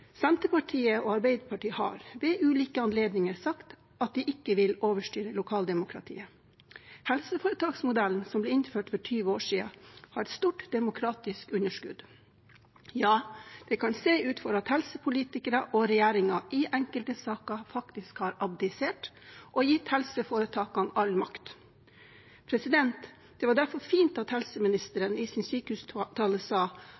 Senterpartiet og Arbeiderpartiet har ved ulike anledninger sagt at de ikke vil overstyre lokaldemokratiet. Helseforetaksmodellen, som ble innført for 20 år siden, har et stort demokratisk underskudd. Ja, det kan se ut som om helsepolitikere og regjeringen i enkelte saker faktisk har abdisert og gitt helseforetakene all makt. Det var derfor fint at helseministeren i sin sykehustale sa